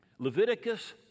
Leviticus